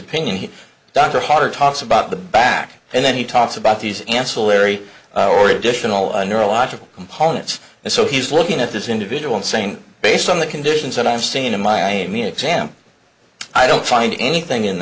opinion he dr harder talks about the back and then he talks about these ancillary or additional a neurological components and so he's looking at this individual and saying based on the conditions that i'm seeing in my i mean exam i don't find anything in